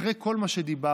אחרי כל מה שדיברנו